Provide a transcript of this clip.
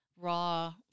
raw